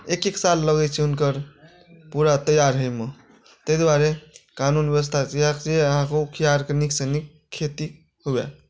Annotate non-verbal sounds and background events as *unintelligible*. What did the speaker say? एक एक साल लगैत छै हुनकर पूरा तैयार होइमे ताहि दुआरे कानून व्यवस्था *unintelligible* अहाँके उखियारके नीकसँ नीक खेती हुए